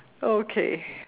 okay